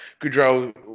Goudreau